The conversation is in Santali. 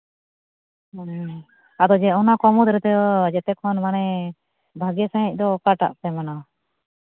ᱦᱮᱸ ᱟᱫᱚ ᱡᱮ ᱚᱱᱟ ᱠᱚ ᱢᱩᱫᱽ ᱨᱮᱫᱚ ᱡᱮᱛᱮ ᱠᱷᱚᱱ ᱢᱟᱱᱮ ᱵᱷᱟᱹᱜᱤ ᱥᱟᱹᱦᱤᱡ ᱫᱚ ᱚᱠᱟᱴᱟᱜ ᱯᱮ ᱢᱟᱱᱟᱣᱟ